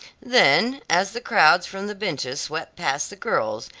then as the crowds from the benches swept past the girls,